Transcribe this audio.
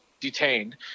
detained